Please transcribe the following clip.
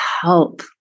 help